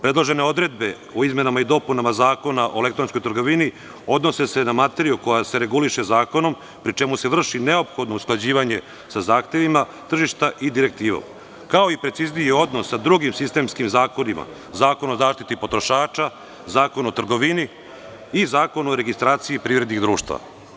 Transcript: Predložene odredbe o izmenama i dopuna Zakona o elektronskoj trgovini odnose se na materiju koja se reguliše zakonom, pri čemu se vrši neophodno usklađivanje sa zahtevima tržišta i Direktivom, kao i precizniji odnos sa drugim sistemskim zakonima – Zakon o zaštiti potrošača, Zakon o trgovini i Zakon o registraciji privrednih društava.